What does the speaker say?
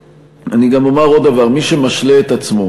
אני גם אומר עוד דבר: מי שמשלה את עצמו